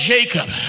Jacob